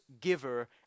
giver